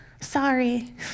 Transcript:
sorry